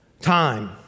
Time